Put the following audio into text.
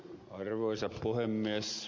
arvoisa puhemies